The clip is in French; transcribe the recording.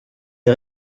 les